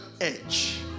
edge